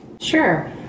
Sure